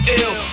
ill